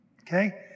Okay